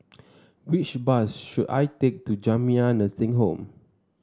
which bus should I take to Jamiyah Nursing Home